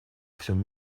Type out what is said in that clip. всем